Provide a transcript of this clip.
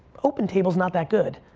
open table's not that good,